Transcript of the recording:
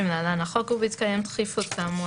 לחודש ויש הארכת תוקף שהיא עד ה-18 לחודש.